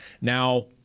Now